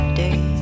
day